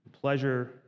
pleasure